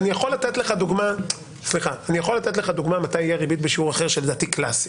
אני יכול לתת לך דוגמה מתי תהיה ריבית בשיעור אחר שלדעתי היא קלאסית.